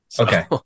Okay